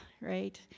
right